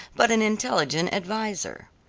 but an intelligent adviser.